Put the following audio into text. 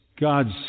God's